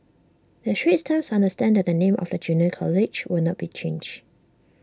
the straits times understands that the name of the junior college will not be changed